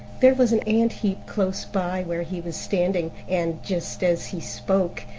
there was an ant-heap close by where he was standing, and, just as he spoke,